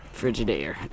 Frigidaire